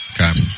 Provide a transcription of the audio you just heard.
Okay